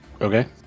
Okay